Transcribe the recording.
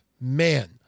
man